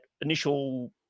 initial